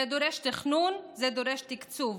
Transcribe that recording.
זה דורש תכנון, זה דורש תקצוב.